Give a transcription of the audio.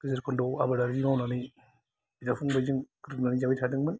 गेजेर खनद'आव आबादारि मावनानै जाबाय थादोंमोन